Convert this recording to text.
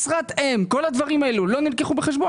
משרת אם כל הדברים האלה לא נלקחו בחשבון.